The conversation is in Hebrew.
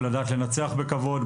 לדעת לנצח בכבוד,